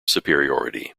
superiority